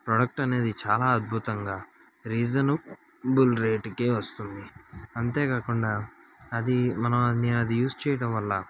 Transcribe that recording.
product అనేది చాలా అద్భుతంగా రీజనబుల్ రేట్కే వస్తుంది అంతే కాకుండా అది మనం నేను అది యూజ్ చేయడం వల్ల